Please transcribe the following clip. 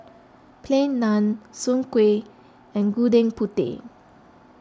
Plain Naan Soon Kueh and Gudeg Putih